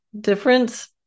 difference